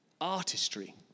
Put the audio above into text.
artistry